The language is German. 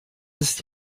ist